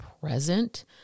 present